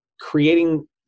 creating